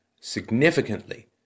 significantly